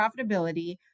profitability